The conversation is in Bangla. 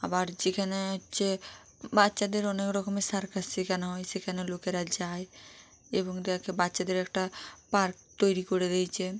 আবার যেখানে হচ্ছে বাচ্চাদের অনেক রকমের সার্কাস শেখানো হয় সেখানে লোকেরা যায় এবং দেখে বাচ্চাদের একটা পার্ক তৈরি করে দিয়েছে